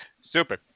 Super